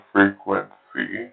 Frequency